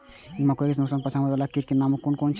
मके के नुकसान पहुँचावे वाला कीटक नाम कुन कुन छै?